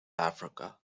africa